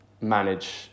manage